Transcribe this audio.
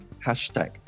hashtag